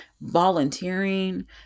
volunteering